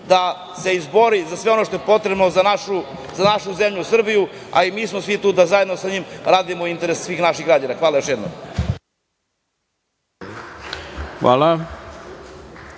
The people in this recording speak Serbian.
da se izbori za sve ono što je potrebno za našu zemlju Srbiju, a i mi smo svi tu da zajedno sa njim radimo u interesu svih naših građana. Hvala još jednom. **Ivica